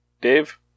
Dave